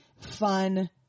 fun